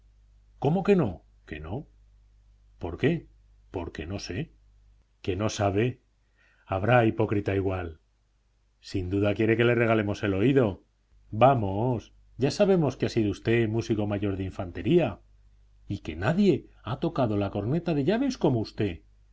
cómo que no que no por qué porque no sé que no sabe habrá hipócrita igual sin duda quiere que le regalemos el oído vamos ya sabemos que ha sido usted músico mayor de infantería y que nadie ha tocado la corneta de llaves como usted